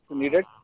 needed